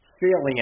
failing